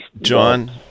John